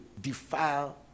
defile